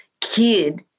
kid